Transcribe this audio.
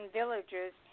villagers